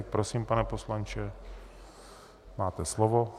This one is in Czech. Prosím, pane poslanče, máte slovo.